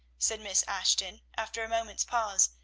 said miss ashton, after a moment's pause,